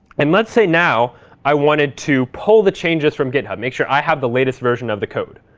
and let's say now i wanted to pull the changes from github, make sure i have the latest version of the code.